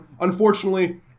Unfortunately